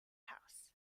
house